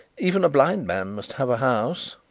even a blind man must have a house.